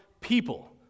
people